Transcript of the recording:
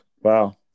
Wow